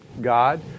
God